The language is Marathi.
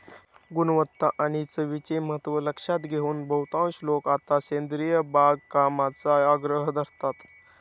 गुणवत्ता आणि चवीचे महत्त्व लक्षात घेऊन बहुतांश लोक आता सेंद्रिय बागकामाचा आग्रह धरतात